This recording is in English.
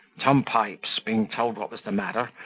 tom pipes, being told what was the matter,